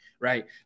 Right